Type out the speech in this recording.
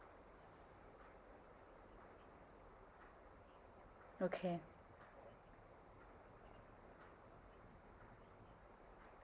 okay